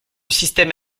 système